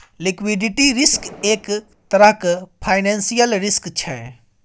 liquidity risk एक तरहक financial risk छै